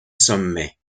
sommets